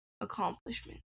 accomplishment